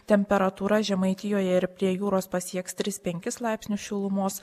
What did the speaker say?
temperatūra žemaitijoje ir prie jūros pasieks tris penkis laipsnių šilumos